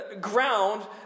ground